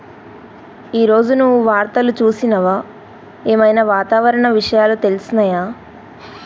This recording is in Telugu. ఈ రోజు నువ్వు వార్తలు చూసినవా? ఏం ఐనా వాతావరణ విషయాలు తెలిసినయా?